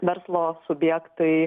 verslo subjektai